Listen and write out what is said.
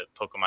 Pokemon